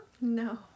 No